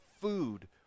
food